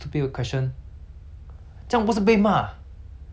the 这种东西 hor 这种这种 foolproof 的东西 hor